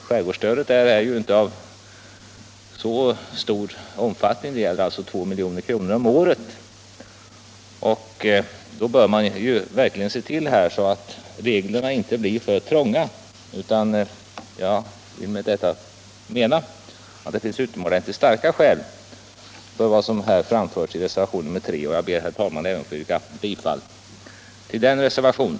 Skärgårdsstödet är ju inte av någon stor omfattning — det gäller alltså 2 milj.kr. om året — varför man verkligen bör se till att reglerna inte blir för ”trånga”. Jag menar med detta att det finns utomordenligt starka skäl för vad som har framförts i reservationen 3, och jag ber, herr talman, att få yrka bifall även till den reservationen.